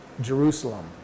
Jerusalem